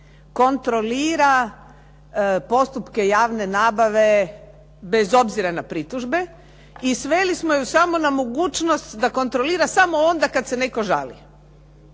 kontrolira postupke javne nabave bez obzira na pritužbe i sveli smo ju samo na mogućnost da kontrolira samo onda kad se netko žali.